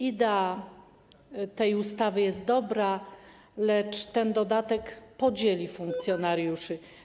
Idea tej ustawy jest dobra, lecz ten dodatek podzieli funkcjonariuszy.